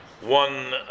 one